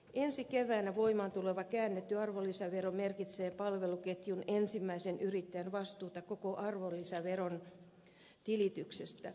ensi keväänä voimaan tuleva käännetty arvonlisävero merkitsee palveluketjun ensimmäisen yrittäjän vastuuta koko arvonlisäveron tilityksestä